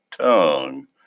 tongue